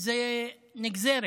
זה נגזרת.